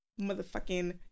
motherfucking